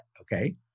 okay